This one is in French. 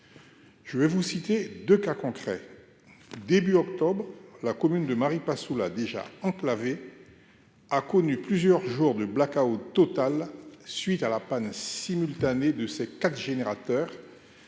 je vais vous citer de cas concrets, début octobre, la commune de Maripasoula déjà enclavé, a connu plusieurs jours de Blackout total suite à la panne simultanée de ces 4 générateurs,